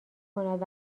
کند